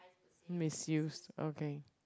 misused okay